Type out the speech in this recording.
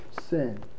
sin